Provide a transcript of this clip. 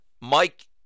Mike